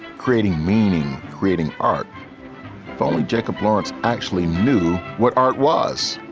creating meaning, creating art finally, jacob lawrence actually knew what art was